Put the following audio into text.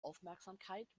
aufmerksamkeit